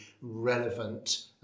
relevant